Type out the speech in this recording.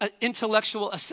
intellectual